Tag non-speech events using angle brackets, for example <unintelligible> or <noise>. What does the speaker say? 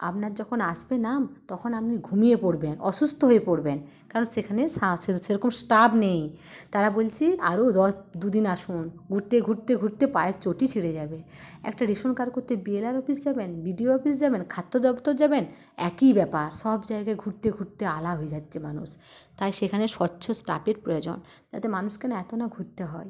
আপনার যখন আসবে নাম তখন আপনি ঘুমিয়ে পরবেন অসুস্থ হয়ে পরবেন কারণ সেখানে <unintelligible> স্টাফ নেই তারা বলছে আরো <unintelligible> দুদিন আসুন ঘুরতে ঘুরতে ঘুরতে পায়ের চটি ছিঁড়ে যাবে একটা রেশন কার্ড করতে বিএলআর অফিস যাবেন বিডিও অফিস যাবেন খাদ্য দপ্তর যাবেন একই ব্যাপার সব জায়গায় ঘুরতে ঘুরতে আলা হয়ে যাচ্ছে মানুষ তাই সেখানে স্বচ্ছ স্টাফের প্রয়োজন যাতে মানুষকে না এত না ঘুরতে হয়